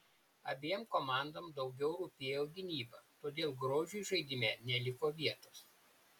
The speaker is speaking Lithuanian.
abiem komandom daugiau rūpėjo gynyba todėl grožiui žaidime neliko vietos